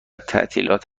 تعطیلات